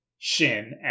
Shin